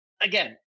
again